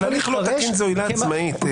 הליך לא תקין זאת עילה עצמאית.